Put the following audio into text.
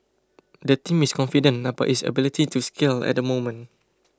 the team is confident about its ability to scale at moment